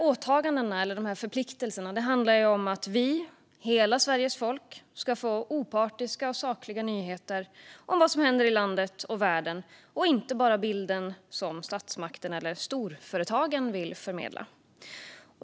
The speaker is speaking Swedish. Åtagandena - förpliktelserna - handlar om att vi, hela Sveriges folk, ska få opartiska och sakliga nyheter om vad som händer i landet och världen, inte bara bilden som statsmakterna eller storföretagen vill förmedla.